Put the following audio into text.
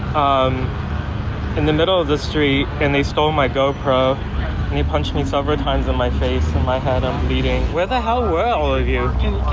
um the middle of the street and they stole my gopro and he punched me several times and my face and my head are bleeding. where the hell were all of you?